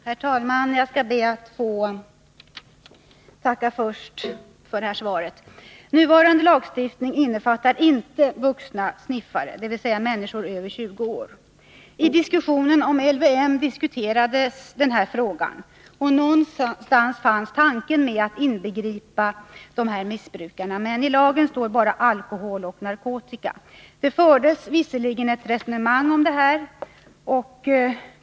Herr talman! Jag skall först be att få tacka för detta svar. Nuvarande lagstiftning innefattar inte vuxna sniffare, dvs. människor över 20 år. I diskussionen om LVM diskuterades denna fråga. Någonstans fanns tanken med, att dessa missbrukare skulle inbegripas, men i lagen nämns bara alkohol och narkotika. Det fördes visserligen ett resonemang om detta.